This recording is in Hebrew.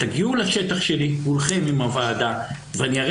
תגיעו לשטח שלי כולכם עם הוועדה ואני אראה